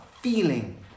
feeling